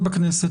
בכנסת.